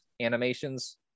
animations